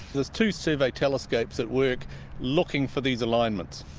there's two survey telescopes that work looking for these alignments,